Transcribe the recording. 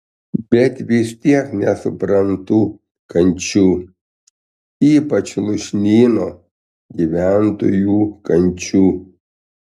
bet vis tiek nesuprantu kančių ypač lūšnyno gyventojų kančių